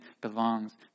belongs